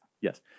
Yes